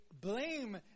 blame